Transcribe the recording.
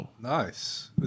Nice